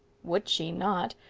would she not?